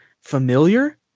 familiar